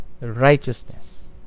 righteousness